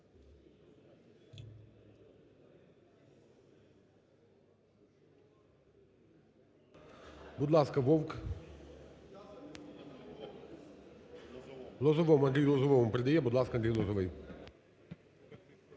Будь ласка, Вовк. Лозовому, Андрію Лозовому передає. Будь ласка, Андрій Лозовой.